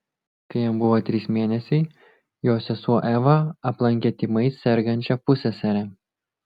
kai jam buvo trys mėnesiai jo sesuo eva aplankė tymais sergančią pusseserę